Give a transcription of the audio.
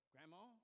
Grandma